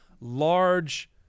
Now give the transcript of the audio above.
large